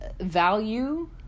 value